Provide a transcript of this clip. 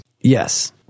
Yes